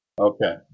Okay